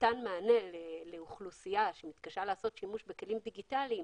מתן מענה לאוכלוסייה שמתקשה לעשות שימוש בכלים דיגיטליים